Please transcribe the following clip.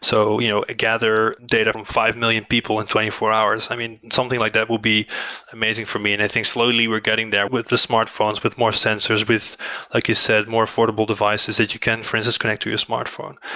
so you know gather data from five million people in twenty four hours. i mean, something like that would be amazing for me. and i think slowly, we're getting there with the smart phones, with more sensors, with like you said, more affordable devices that you can for instance connect to your smart phone.